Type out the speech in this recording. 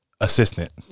Assistant